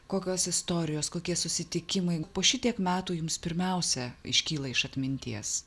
kokios istorijos kokie susitikimai po šitiek metų jums pirmiausia iškyla iš atminties